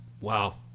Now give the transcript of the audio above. Wow